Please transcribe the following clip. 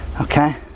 Okay